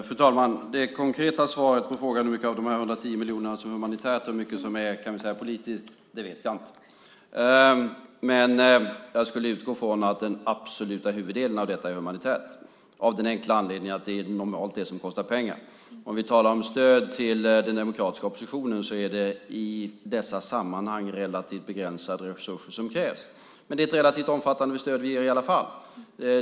Fru talman! Det konkreta svaret på frågan om hur mycket av de 110 miljonerna som är humanitärt och hur mycket som är politiskt är att det vet jag inte. Men jag skulle utgå från att den absoluta huvuddelen är humanitärt, av den enkla anledningen att det normalt är det som kostar pengar. Om vi talar om stöd till den demokratiska oppositionen är det i dessa sammanhang relativt begränsade resurser som krävs. Men det är ett relativt omfattande stöd vi ger i alla fall.